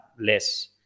less